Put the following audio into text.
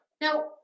Now